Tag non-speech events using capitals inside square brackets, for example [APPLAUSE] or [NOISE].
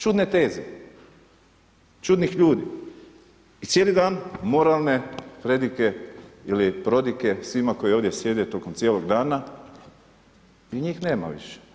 Čudne teze, čudnih ljudi i cijeli dan moralne … [UNINTELLIGIBLE] ili prodike svima koji ovdje sjede tokom cijelog dana i njih nema više.